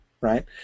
right